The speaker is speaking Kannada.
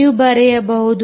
ನೀವು ಬರೆಯಬಹುದು